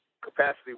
Capacity